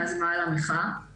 מאז מאהל המחאה.